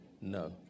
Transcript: No